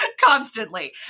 constantly